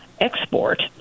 export